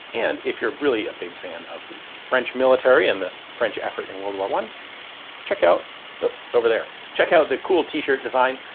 and if you're really a big fan of the french military and the french effort in world war one check out it's over there, check out the cool t-shirt design.